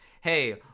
hey